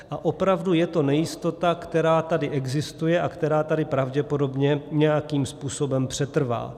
A opravdu je to nejistota, která tady existuje a která tady pravděpodobně nějakým způsobem přetrvá.